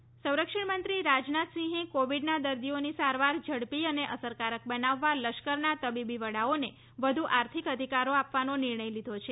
સેના આર્થિક અધિકાર સંરક્ષણમંત્રી રાજનાથસિંહે કોવિડના દર્દીઓની સારવાર ઝડપી અને અસરકારક બનાવવા લશ્કરના તબીબી વડાઓને વધુ આર્થિક અધિકારો આપવાનો નિર્ણય લીધો છે